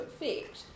effect